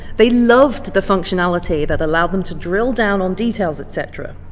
they loved the functionality that allowed them to drill down on details, etc.